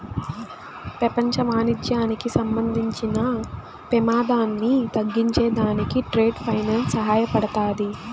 పెపంచ వాణిజ్యానికి సంబంధించిన పెమాదాన్ని తగ్గించే దానికి ట్రేడ్ ఫైనాన్స్ సహాయపడతాది